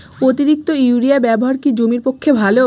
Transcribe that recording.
অতিরিক্ত ইউরিয়া ব্যবহার কি জমির পক্ষে ভালো?